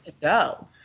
go